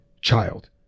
child